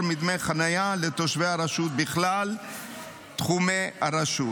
מדמי חניה לתושבי הרשות בכלל בתחומי הרשות.